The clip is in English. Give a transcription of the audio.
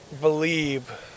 believe